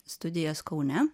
studijas kaune